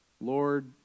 Lord